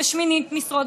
ושמינית משרה,